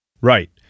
Right